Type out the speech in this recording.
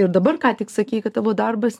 ir dabar ką tik sakei kad tavo darbas